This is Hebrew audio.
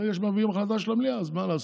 ברגע שמביאים החלטה של המליאה, אז מה לעשות,